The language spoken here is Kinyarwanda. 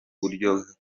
buryo